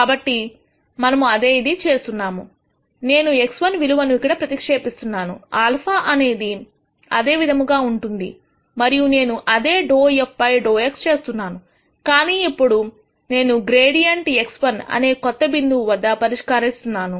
కాబట్టి మనము అదే చేస్తున్నాము నేను x1 విలువను ఇక్కడ ప్రతిక్షేపిస్తున్నాను α అనేది అదే విధముగా ఉంటుంది మరియు నేను అదే ∂f ∂x చేస్తున్నాను కానీ ఇప్పుడు నేను గ్రేడియంట్ x1 అనే కొత్త బిందువు వద్ద పరిష్కరిస్తున్న నాను